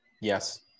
Yes